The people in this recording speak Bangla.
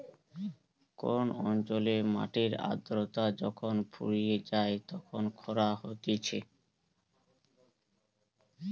কোন অঞ্চলের মাটির আদ্রতা যখন ফুরিয়ে যায় তখন খরা হতিছে